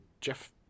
Jeff